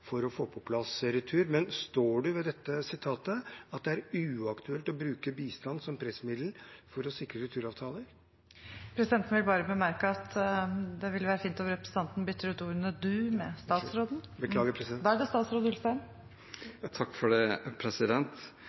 få på plass retur. Men står du ved det utsagnet, at det er uaktuelt å bruke bistand som pressmiddel for å sikre returavtaler? Presidenten vil bare bemerke at det ville vært fint om representanten bytter ut ordet «du» med «statsråden». Beklager, president. Det står ikke i regjeringsplattformen at Norge skal true med å kutte bistand for